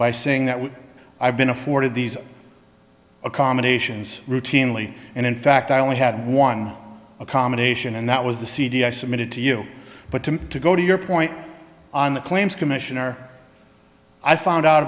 by saying that what i've been afforded these accommodations routinely and in fact i only had one accommodation and that was the cd i submitted to you but to me to go to your point on the claims commissioner i found out